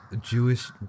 Jewish